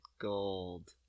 gold